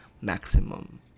maximum